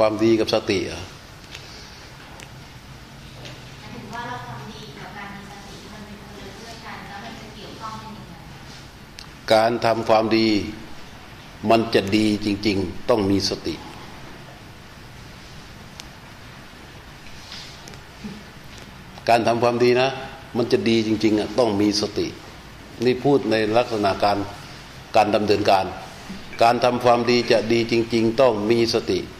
ความดีกับสติเหรอ?หมายถึงว่าเราทำดีกับการมีสติมันเป็นคนละเรื่องกัน แล้วมันจะเกี่ยวข้องกันยังไงอะ?การทำความดีมันจะดีจริงๆต้องมีสติ การทำความดีนะมันจะดีจริงๆอะต้องมีสติ นี่พูดในลักษณะการ- การดำเนินการ การทำความดีจะดีจริงๆต้องมีสติ